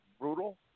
brutal